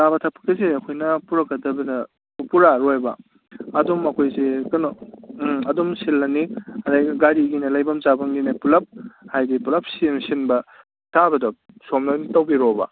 ꯆꯥꯕ ꯊꯛꯄꯒꯤꯁꯦ ꯑꯩꯈꯣꯏꯅ ꯄꯨꯔꯛꯀꯗꯕꯗ ꯄꯨꯔꯛ ꯑꯔꯣꯏꯕ ꯑꯗꯨꯝ ꯑꯩꯈꯣꯏꯁꯦ ꯀꯩꯅꯣ ꯎꯝ ꯑꯗꯨꯝ ꯁꯤꯜꯂꯅꯤ ꯑꯗꯩꯗ ꯒꯥꯔꯤꯒꯤꯅꯦ ꯂꯩꯐꯝ ꯆꯥꯐꯝꯒꯤꯅꯦ ꯄꯨꯂꯞ ꯍꯥꯏꯗꯤ ꯄꯨꯂꯞ ꯁꯤꯟꯕ ꯇꯥꯕꯗꯣ ꯁꯣꯝꯗ ꯑꯗꯨꯝ ꯇꯧꯕꯤꯔꯣꯕ